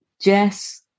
Jess